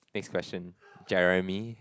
next question Jeremy